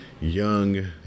young